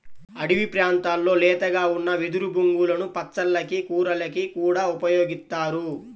అడివి ప్రాంతాల్లో లేతగా ఉన్న వెదురు బొంగులను పచ్చళ్ళకి, కూరలకి కూడా ఉపయోగిత్తారు